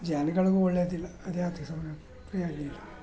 ಜನಗಳ್ಗು ಒಳ್ಳೆಯದಿಲ್ಲ ಅದ್ಯಾತಕ್ಕೆ ಸುಮ್ಮನೆ ಫ್ರೀಯಾಗಿ